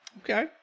Okay